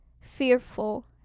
fearful